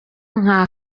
nka